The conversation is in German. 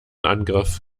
angriff